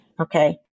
Okay